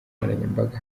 nkoranyambaga